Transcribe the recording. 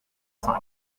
cinq